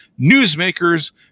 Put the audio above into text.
newsmakers